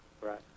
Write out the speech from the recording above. right